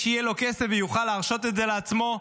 שיהיה לו כסף ויוכל להרשות את זה לעצמו,